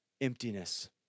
emptiness